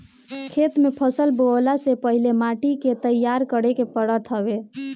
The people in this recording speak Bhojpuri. खेत में फसल बोअला से पहिले माटी के तईयार करे के पड़त हवे